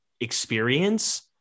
experience